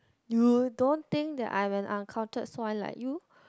you don't think that I am a uncultured swine like you